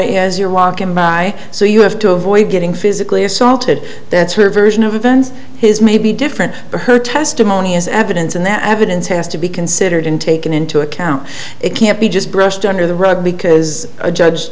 as you're walking by so you have to avoid getting physically assaulted that's her version of events his may be different for her testimony is evidence and that evidence has to be considered taken into account it can't be just brushed under the rug because a judge